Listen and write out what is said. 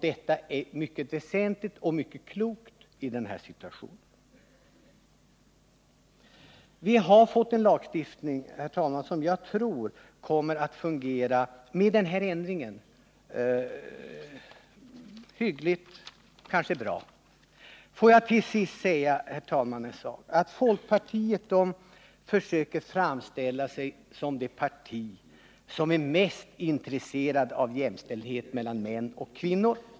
Detta är mycket väsentligt. Vi har fått en lagstiftning, herr talman, som jag tror med denna ändring kommer att fungera hyggligt. Får jag till sist, herr talman, säga ytterligare en sak. Folkpartiet försöker framställa sig som det parti som är mest intresserat av jämställdhet mellan män och kvinnor.